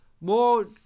More